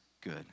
good